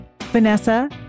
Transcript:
Vanessa